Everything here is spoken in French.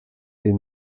est